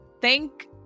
Thank